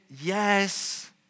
yes